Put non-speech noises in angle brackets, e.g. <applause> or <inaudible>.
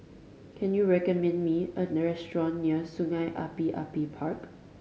can you recommend me a <unintelligible> near Sungei Api Api Park